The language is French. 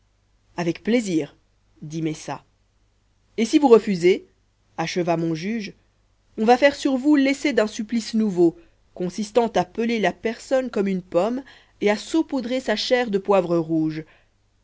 avec plaisir dit messa et si vous refusez acheva mon juge on va faire sur vous l'essai d'un supplice nouveau consistant à peler la personne comme une pomme et à saupoudrer sa chair de poivre rouge